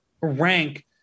rank